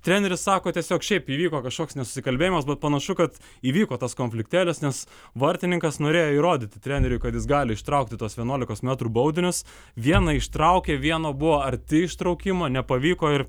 treneris sako tiesiog šiaip įvyko kažkoks nesusikalbėjimas bet panašu kad įvyko tas konfliktėlis nes vartininkas norėjo įrodyti treneriui kad jis gali ištraukti tuos vienuolikos metrų baudinius vieną ištraukė vieno buvo arti ištraukimo nepavyko ir